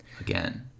again